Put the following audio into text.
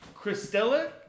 Christella